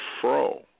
fro